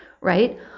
right